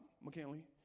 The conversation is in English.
McKinley